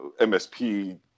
MSP